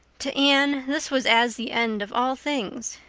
to anne, this was as the end of all things.